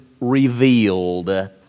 revealed